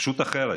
פשוט אחרת: